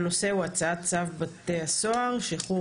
הנושא הוא הצעת צו בתי הסוהר (שחרור